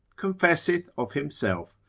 confesseth of himself,